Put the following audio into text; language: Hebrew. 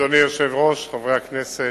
אדוני היושב-ראש, חברי הכנסת,